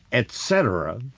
etc.